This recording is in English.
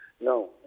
No